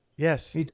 Yes